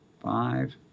five